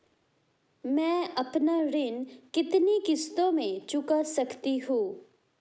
मैं अपना ऋण कितनी किश्तों में चुका सकती हूँ?